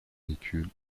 véhicule